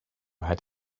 had